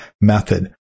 method